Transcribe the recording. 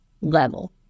level